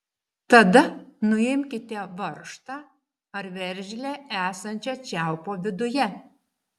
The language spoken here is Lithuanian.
tada nuimkite varžtą ar veržlę esančią čiaupo viduje